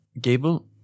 Gable